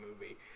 movie